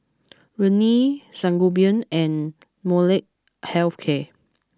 Rene Sangobion and Molnylcke health care